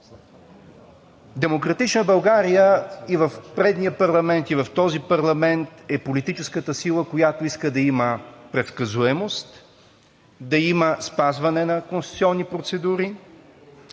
„Демократична България“ и в предния парламент, и в този парламент е политическата сила, която иска да има предсказуемост, да има спазване на конституционни процедури,